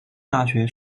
大学